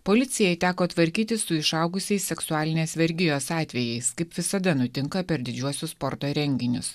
policijai teko tvarkytis su išaugusiais seksualinės vergijos atvejais kaip visada nutinka per didžiuosius sporto renginius